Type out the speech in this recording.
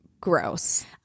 gross